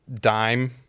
Dime